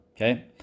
okay